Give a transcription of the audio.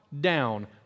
down